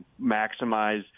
maximize